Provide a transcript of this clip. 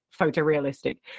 photorealistic